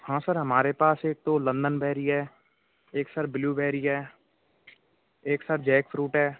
हाँ सर हमारे पास एक तो लंदन बेरी है एक सर ब्लूबेरी है एक सर जैक फ्रूट है